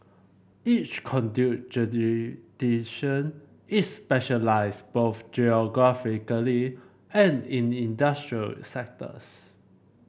each conduit is specialised both geographically and in industrial sectors